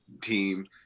team